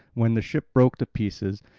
when the ship broke to pieces.